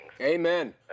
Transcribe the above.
amen